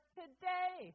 today